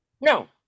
No